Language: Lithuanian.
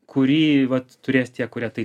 kurį vat turės tie kurie tai